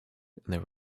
there